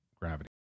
gravity